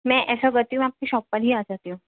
میں ایسا کرتی ہوں آپ کے شاپ پر ہی آ جاتی ہوں